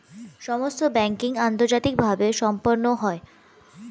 সমস্ত ব্যাংকিং আন্তর্জাতিকভাবে সম্পন্ন হয়